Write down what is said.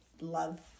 love